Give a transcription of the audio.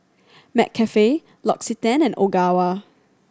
McCafe L'Occitane and Ogawa